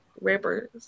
rappers